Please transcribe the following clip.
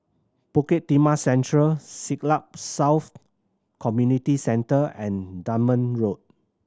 Bukit Merah Central Siglap South Community Centre and Dunman Road